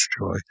joy